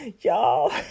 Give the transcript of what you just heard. Y'all